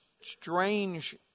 strange